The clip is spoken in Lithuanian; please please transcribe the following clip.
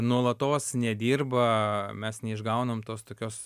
nuolatos nedirba mes neišgaunam tos tokios